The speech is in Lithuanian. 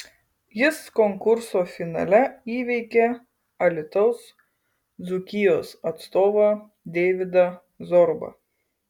jis konkurso finale įveikė alytaus dzūkijos atstovą deividą zorubą